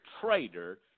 traitor